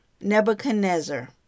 Nebuchadnezzar